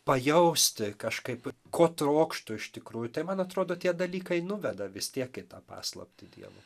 pajausti kažkaip ko trokštu iš tikrųjų tai man atrodo tie dalykai nuveda vis tiek į tą paslaptį dievo